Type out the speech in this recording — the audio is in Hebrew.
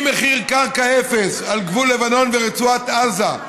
ממחיר קרקע אפס על גבול לבנון ורצועת עזה,